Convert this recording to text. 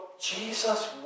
Jesus